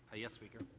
yes, speaker.